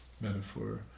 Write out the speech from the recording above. metaphor